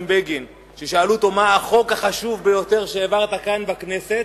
כששאלו אותו: מה החוק החשוב ביותר שהעברת כאן בכנסת?